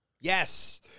Yes